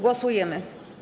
Głosujemy.